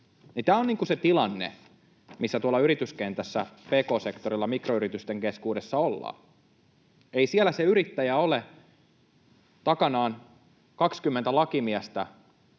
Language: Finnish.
Tämä on se tilanne, missä tuolla yrityskentässä, pk-sektorilla, mikroyritysten keskuudessa ollaan. Ei siellä sillä yrittäjällä ole takanaan 20 lakimiestä